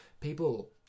people